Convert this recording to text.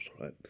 right